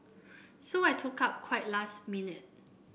so I took up quite last minute